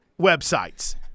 websites